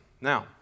Now